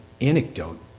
anecdote